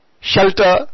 shelter